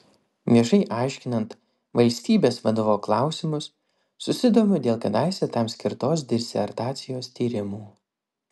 viešai aiškinant valstybės vadovo klausimus susidomiu dėl kadaise tam skirtos disertacijos tyrimų